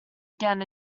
again